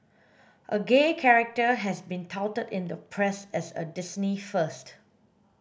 a gay character has been touted in the press as a Disney first